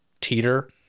teeter